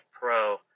Pro